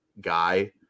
guy